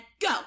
go